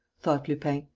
thought lupin.